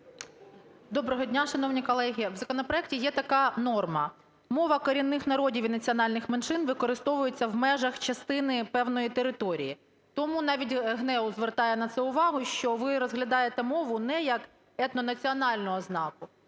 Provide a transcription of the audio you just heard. Доброго дня, шановні колеги. В законопроекті є така норма: "Мова корінних народів і національних меншин використовується в межах частини певної території". Тому навіть ГНЕУ звертає на це увагу, що ми розглядаємо мову не як етнонаціональну ознаку,